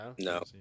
No